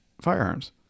firearms